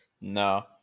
no